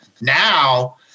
now